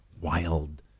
wild